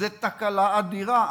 זו תקלה אדירה.